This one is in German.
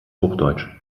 hochdeutsch